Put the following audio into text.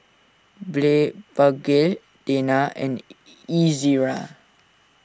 Blephagel Tena and Ezerra